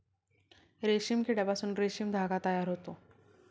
रेशीम किड्यापासून रेशीम धागा तयार होतो